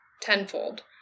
tenfold